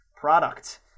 product